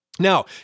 Now